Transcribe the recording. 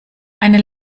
eine